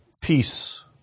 peace